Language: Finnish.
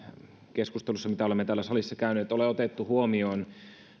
keskustelussa mitä me olemme täällä salissa käyneet ole otettu huomioon